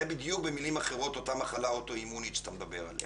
זה מילים אחרות לתאר בדיוק את אותה מחלה אוטואימונית שאתה מדבר עליה.